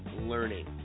learning